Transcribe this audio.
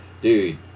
Dude